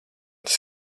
tas